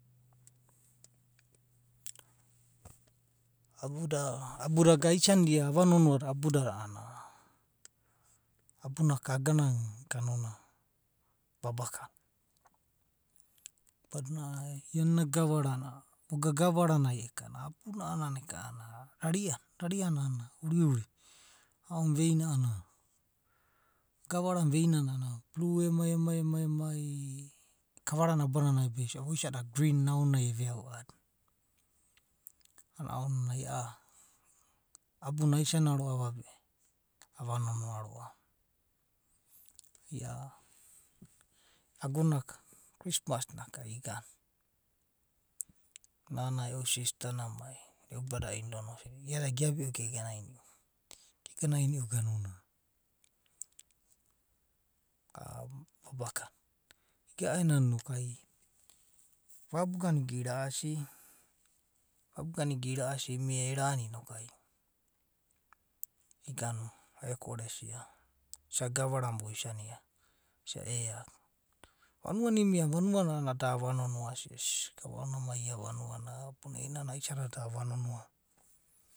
Abuda. abuda aga aisanida abunaka aganana ganuna babakana babakana iana ena gavara na. vogana gavara naeka’ananai. rari’a. rari’ana uriuri. veina anana. gavara na veinana a’anana blue emai. emaikavara na aba nanai anai voisania iabe ne green aonai eve auva. a’anana ounanai abuna a’anana aisania roa’va a’anana avanonoa roa’va. Agonaka, kristmas naka igana. nana. e’u sist ana my e’u brada inlo na. Iada gr’abiu geganaini’i. gegainiu babakana. Igana a’ananai noku ai, vabuga nai igana ina’asi. vabuga igana ira’oisi imia erani inoku ai iganu. eko’ore esia, isagana gavara na voisania. Vanua nai imia a’anana vanua na anana da ava nonoa. asia. gavaka ounanai amai i’a vanua. vanua na i’inana da ava nonoa va.